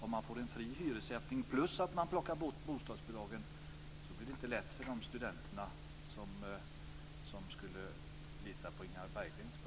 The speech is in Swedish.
Om det blir en fri hyressättning plus att man plockar bort bostadsbidragen blir det inte lätt för de studenter som litar på Inga